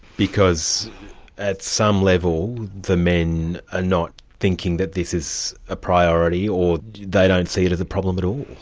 because at some level, the men are ah not thinking that this is a priority, or they don't see it as a problem at all?